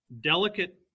delicate